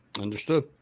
understood